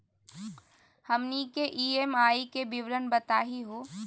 हमनी के ई.एम.आई के विवरण बताही हो?